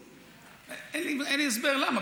אין לי הסבר למה.